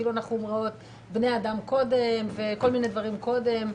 כאילו אנחנו אומרות שבני אדם קודם וכל מיני דברים קודם,